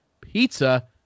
pizza